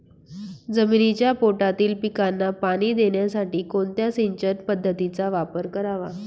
जमिनीच्या पोटातील पिकांना पाणी देण्यासाठी कोणत्या सिंचन पद्धतीचा वापर करावा?